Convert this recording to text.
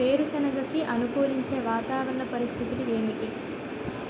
వేరుసెనగ కి అనుకూలించే వాతావరణ పరిస్థితులు ఏమిటి?